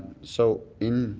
so in